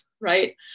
Right